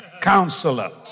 Counselor